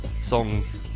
songs